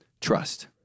trust